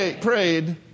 prayed